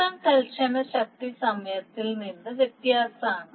മൊത്തം തൽക്ഷണ ശക്തി സമയത്തിൽ നിന്ന് വ്യത്യസ്തമാണ്